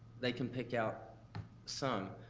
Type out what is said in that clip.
they can pick out some.